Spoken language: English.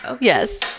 Yes